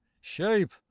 shape